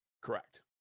Correct